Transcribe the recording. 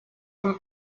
from